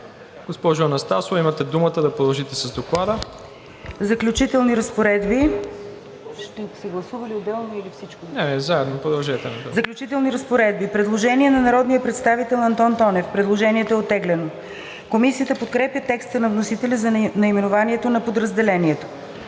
Госпожо Анастасова, имате думата да продължите с Доклада. ДОКЛАДЧИК ИРЕНА АНАСТАСОВА: „Заключителни разпоредби“. Предложение на народния представител Антон Тонев. Предложението е оттеглено. Комисията подкрепя текста на вносителя за наименованието на подразделението.